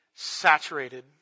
saturated